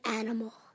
animal